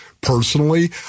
Personally